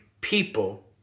people